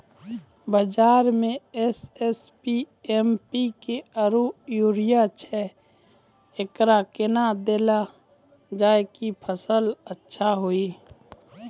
बाजार मे एस.एस.पी, एम.पी.के आरु यूरिया छैय, एकरा कैना देलल जाय कि फसल अच्छा हुये?